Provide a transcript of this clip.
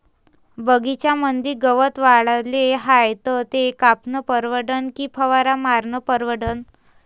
बगीच्यामंदी गवत वाढले हाये तर ते कापनं परवडन की फवारा मारनं परवडन?